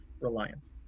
Reliance